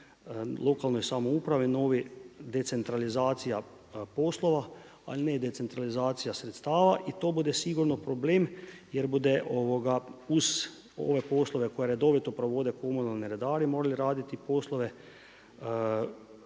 lokalnoj samoupravi, novi decentralizacija poslova, ali ne i decentralizacija sredstava i to bude sigurno problem jer bude uz ove poslove koje redovito provode komunalni redari morali raditi poslove